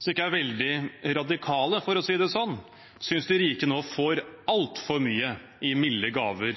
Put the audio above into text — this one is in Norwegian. som ikke er veldig radikale, for å si det sånn, synes de rike nå får altfor mye i milde gaver